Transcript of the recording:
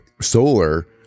Solar